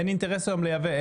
אין אינטרס היום לייבא.